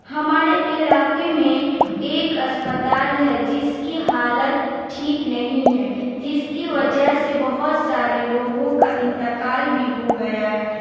ہمارے علاقے میں ایک اسپتال ہے جس کی حالت ٹھیک نہیں ہے جس کی وجہ سے بہت سارے لوگوں کا انتقال بھی ہو گیا ہے